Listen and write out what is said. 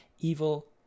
Evil